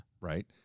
Right